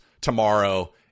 tomorrow